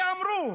כי אמרו,